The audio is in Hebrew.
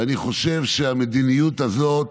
ואני חושב שהמדיניות הזאת